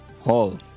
Hall